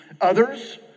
Others